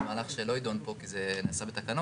זה מהלך שלא ידון פה כי זה נעשה בתקנות.